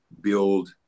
build